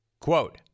Quote